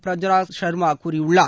பிரஜ்ராஜ் சர்மா கூறியுள்ளார்